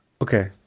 okay